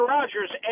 Rodgers